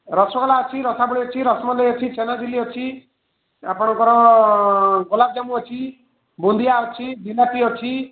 ରସଗୋଲା ଅଛି ରସାବଳୀ ଅଛି ରସମଲେଇ ଅଛି ଛେନାଝିଲ୍ଲି ଅଛି ଆପଣଙ୍କର ଗୋଲାପଯାମୁ ଅଛି ବୁନ୍ଦିଆ ଅଛି ଜିଲାପି ଅଛି